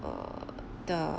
err the